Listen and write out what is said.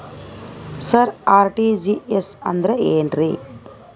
ಸರ RTGS ಅಂದ್ರ ಏನ್ರೀ?